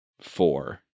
Four